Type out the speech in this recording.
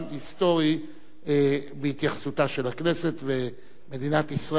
בהתייחסותה של הכנסת ומדינת ישראל לנושא.